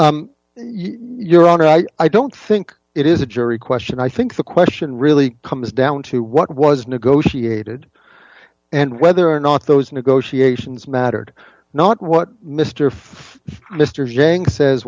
or your honor i don't think it is a jury question i think the question really comes down to what was negotiated and whether or not those negotiations mattered not what mr